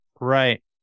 Right